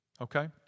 okay